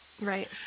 Right